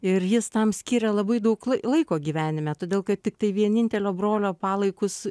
ir jis tam skiria labai daug laiko gyvenime todėl kad tiktai vienintelio brolio palaikus